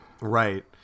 Right